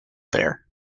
there